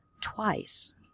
twice